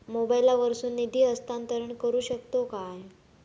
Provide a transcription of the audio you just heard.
मोबाईला वर्सून निधी हस्तांतरण करू शकतो काय?